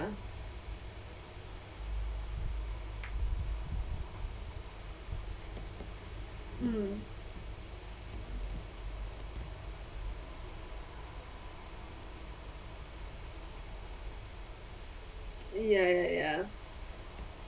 ~a mm ya ya ya